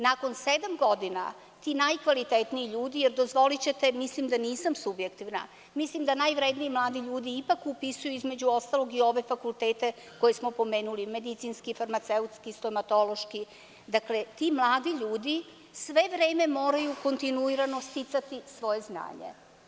Nakon sedam godina, ti najkvalitetniji ljudi, jer, dozvolićete, mislim da nisam subjektivna, mislim da najvredniji mladi ljudi ipak upisuju, između ostalog, i ove fakultete koje smo pomenuli, medicinski, farmaceutski, stomatološki, dakle, ti mladi ljudi sve vreme moraju kontinuirano sticati svoje znanje.